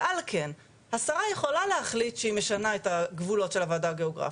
ועל כן השרה יכולה להחליט שהיא משנה את הגבולות של הוועדה הגיאוגרפית,